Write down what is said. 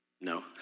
No